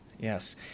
Yes